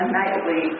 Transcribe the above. nightly